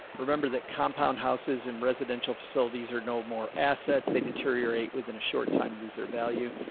remember that compound houses and residential facilities are no more assets. they deteriorate within a short time, lose their value.